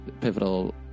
pivotal